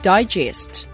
Digest